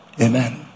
Amen